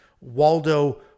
Waldo